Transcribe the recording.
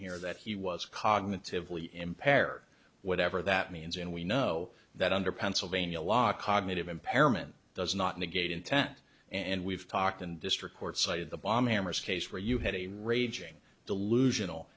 here that he was cognitively impaired whatever that means and we know that under pennsylvania law cognitive impairment does not negate intent and we've talked in district court cited the bomb hammer's case where you had a raging delusional